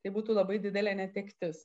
tai būtų labai didelė netektis